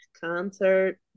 concert